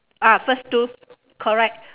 ah first two correct